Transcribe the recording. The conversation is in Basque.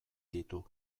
ditu